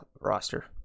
roster